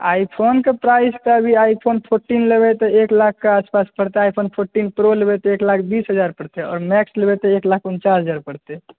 आइफोनके price तऽ अभी iPhone fourteen लेबै तऽ एक लाखके आसपास पड़तै आइफोन फोर्टीन प्रो लेबै तऽ एक लाख बीस हजार पड़तै आओर मैक्स लेबै तऽ एक लाख उनचास हजार पड़तै